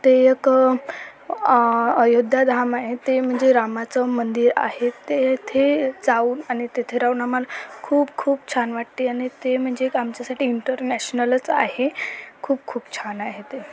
ते एक अयोद्धाधाम आहे ते म्हणजे रामाचं मंदिर आहे तेथे जाऊन आणि तेथे राहून आम्हाला खूप खूप छान वाटते आणि ते म्हणजे एक आमच्यासाठी इंटरनॅशनलच आहे खूप खूप छान आहे ते